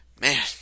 man